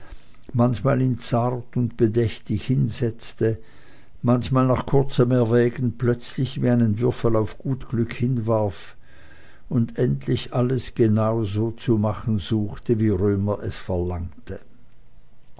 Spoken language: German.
manchmal ihn zart und bedächtig hinsetzte manchmal nach kurzem erwägen plötzlich wie einen würfel auf gut glück hinwarf und endlich alles genauso zu machen suchte wie römer es verlangte